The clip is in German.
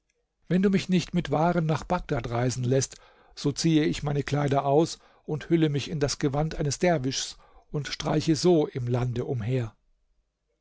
wenn du mich nicht mit waren nach bagdad reisen läßt so ziehe ich meine kleider aus und hülle mich in das gewand eines derwisch und streiche so im lande umher